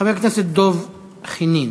חבר הכנסת דב חנין.